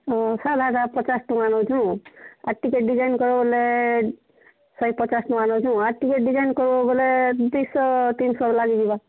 ହଁ ସାଧାଟା ପଚାଶ ଟଙ୍କା ନେଉଛୁଁ ଆର୍ ଟିକେ ଡିଜାଇନ୍ କରବୋ ବୋଲେ ସେଇ ଶହେ ପଚାଶ ଟଙ୍କା ନେଉଛୁ ଆର୍ ଟିକେ ଡିଜାଇନ୍ କରବୋ ବେଲେ ଦୁଇଶହ ତିନଶହ ଲାଗିଯିବା